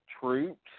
troops